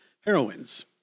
heroines